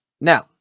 Now